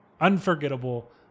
unforgettable